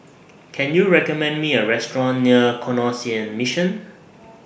Can YOU recommend Me A Restaurant near Canossian Mission